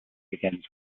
begins